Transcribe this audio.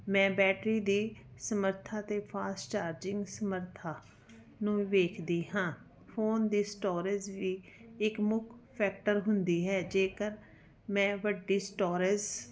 ਮੈਂ ਬੈਟਰੀ ਦੀ ਸਮਰੱਥਾ ਅਤੇ ਫਾਸਟ ਚਾਰਜਿੰਗ ਸਮਰੱਥਾ ਨੂੰ ਵੀ ਵੇਖਦੀ ਹਾਂ ਫੋਨ ਦੀ ਸਟੋਰੇਜ ਵੀ ਇੱਕ ਮੁੱਖ ਫੈਕਟਰ ਹੁੰਦੀ ਹੈ ਜੇਕਰ ਮੈਂ ਵੱਡੀ ਸਟੋਰੇਜ